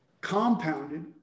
compounded